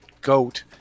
goat